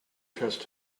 trust